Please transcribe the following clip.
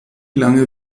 lange